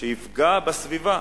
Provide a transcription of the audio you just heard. שיפגע בסביבה.